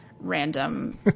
random